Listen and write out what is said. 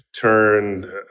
turn